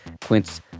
Quince